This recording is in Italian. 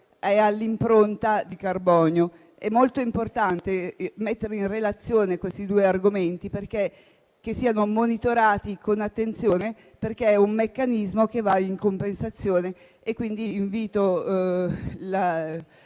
e all'impronta di carbonio. È molto importante mettere in relazione questi due aspetti affinché siano monitorati con attenzione, perché è un meccanismo che va a compensazione. Invito